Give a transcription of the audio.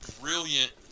brilliant